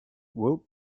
woot